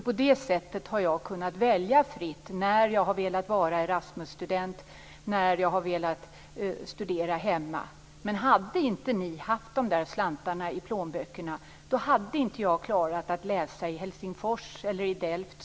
På det sättet har jag kunnat välja fritt när jag har velat vara Erasmusstudent och när jag velat studera hemma. Men hade ni inte haft de där slantarna i plånböckerna, då hade inte jag klarat att läsa i Helsingfors eller i Delft.